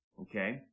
okay